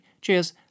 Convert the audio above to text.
Cheers